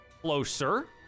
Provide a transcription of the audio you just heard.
closer